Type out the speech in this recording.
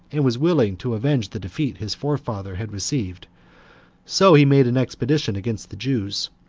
and was willing to avenge the defeat his forefather had received so he made an expedition against the jews,